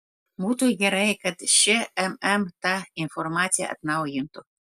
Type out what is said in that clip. būtų gerai kad šmm tą informaciją atnaujintų